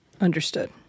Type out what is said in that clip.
Understood